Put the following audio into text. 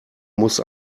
muss